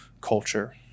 culture